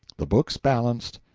the books balanced,